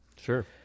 Sure